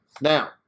Now